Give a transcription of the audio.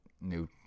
new